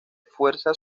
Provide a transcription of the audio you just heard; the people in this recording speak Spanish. fuerza